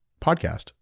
podcast